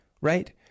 Right